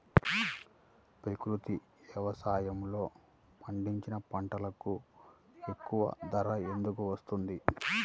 ప్రకృతి వ్యవసాయములో పండించిన పంటలకు ఎక్కువ ధర ఎందుకు వస్తుంది?